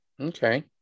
Okay